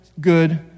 good